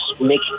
make